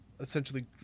Essentially